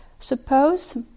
Suppose